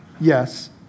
Yes